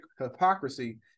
hypocrisy